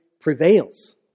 prevails